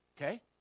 Okay